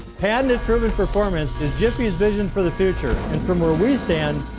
patented, proven performance is jiffy's vision for the future. and from where we stand,